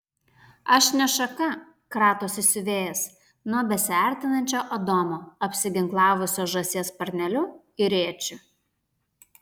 aš ne šaka kratosi siuvėjas nuo besiartinančio adomo apsiginklavusio žąsies sparneliu ir rėčiu